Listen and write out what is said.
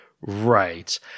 Right